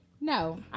No